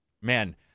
Man